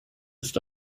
ist